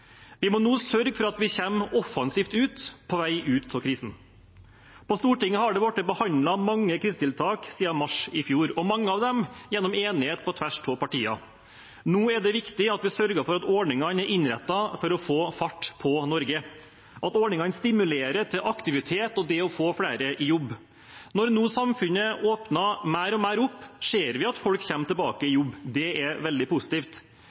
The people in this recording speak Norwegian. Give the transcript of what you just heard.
Vi må nå sørge for at vi kommer offensivt ut på vei ut av krisen. På Stortinget har det blitt behandlet mange krisetiltak siden mars i fjor, og mange av dem gjennom enighet på tvers av partier. Nå er det viktig at vi sørger for at ordningene er innrettet for å få fart på Norge, at ordningene stimulerer til aktivitet og det å få flere i jobb. Når nå samfunnet åpner mer og mer opp, ser vi at folk kommer tilbake i jobb. Det er veldig positivt.